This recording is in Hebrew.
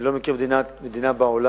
אני לא מכיר מדינה בעולם